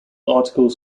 articles